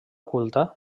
culta